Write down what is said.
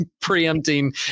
preempting